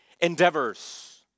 endeavors